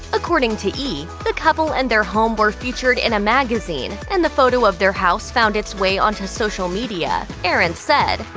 according to e, the couple and their home were featured in a magazine, and the photo of their house found its way onto social media. erin said,